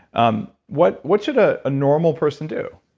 um what what should a normal person do?